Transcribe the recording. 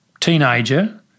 teenager